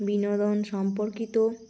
বিনোদন সম্পর্কিত